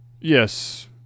yes